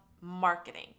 marketing